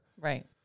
Right